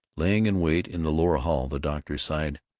lying in wait in the lower hall, the doctor sighed,